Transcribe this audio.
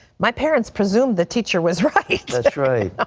my parents presumed the teacher was right. that's right. ah